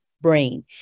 brain